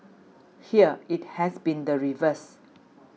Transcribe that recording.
here it has been the reverse